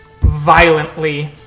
violently